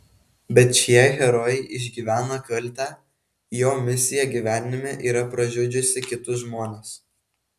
bet šie herojai išgyvena kaltę jo misija gyvenime yra pražudžiusi kitus žmones